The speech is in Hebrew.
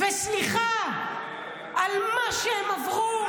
-- וסליחה על מה שהם עברו.